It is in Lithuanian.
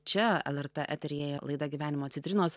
čia el er t eteryje laida gyvenimo citrinos